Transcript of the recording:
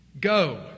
Go